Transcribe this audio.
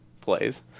plays